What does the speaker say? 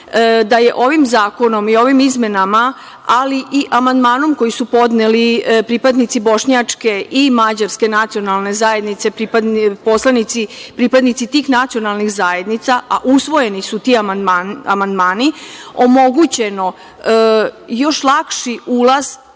je ovim zakonom i ovim izmenama, ali i amandmanom koji su podneli pripadnici bošnjačke i mađarske nacionalne zajednice, poslanici, pripadnici tih nacionalnih zajednica, a usvojeni su ti amandmani, omogućeno još lakši ulaz